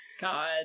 God